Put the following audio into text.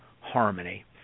harmony